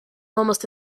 almost